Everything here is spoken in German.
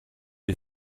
die